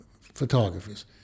photographers